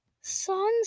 songs